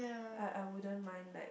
I I wouldn't mind like